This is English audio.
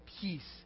peace